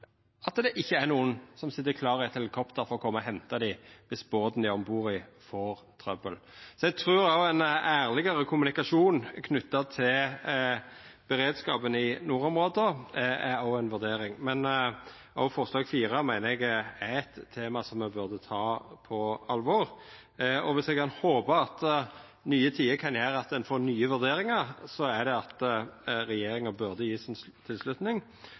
at det ikkje er nokon som sit klare med eit helikopter for å koma og henta dei viss båten dei er om bord i, får trøbbel? Eg trur ein ærlegare kommunikasjon knytt til beredskapen i nordområda òg er ei vurdering. Òg forslag nr. 4 meiner eg er om eit tema som ein burde ta på alvor. Viss eg kan håpa at nye tider kan gjera at ein får nye vurderingar, er det at regjeringa burde gje tilslutning